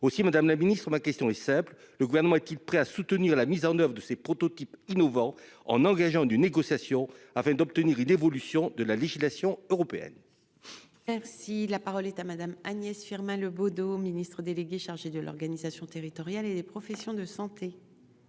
aussi Madame la Ministre ma question est simple, le gouvernement est-il prêt à soutenir la mise en oeuvre de ces prototypes innovants en engageant des négociations afin d'obtenir une évolution de la législation européenne. Merci la parole est à Madame Agnès Firmin Le Bodo, Ministre délégué chargé de l'organisation territoriale et des professions de santé.